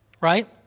right